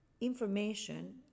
information